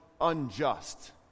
unjust